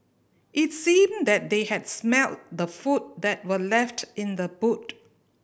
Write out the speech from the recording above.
it seemed that they had smelt the food that were left in the boot